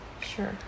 Sure